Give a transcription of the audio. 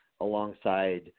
alongside